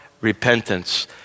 repentance